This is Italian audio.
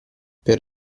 per